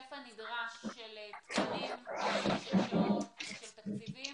ההיקף הנדרש של תקנים, של תקציבים?